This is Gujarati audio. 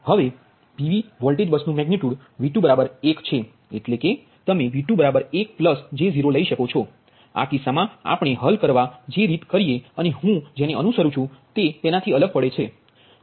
હવે PV વોલ્ટેજ બસનુ મેગનિટ્યુડ V2 એક છે એટલે કે તમે V2 1 j 0 લઈ શકો છો આ કિસ્સામાં આપણે હલ કરવા જે રીત કરીએ અને હું જેને અનુસરું છું તે તેનાથી અલગ પડે છે